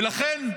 לכן,